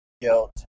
guilt